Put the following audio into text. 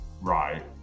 right